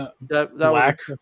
black